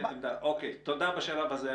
תודה בשלב הזה.